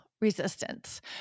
resistance